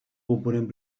component